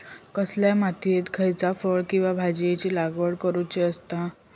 कसल्या मातीयेत खयच्या फळ किंवा भाजीयेंची लागवड करुची असता?